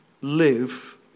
Live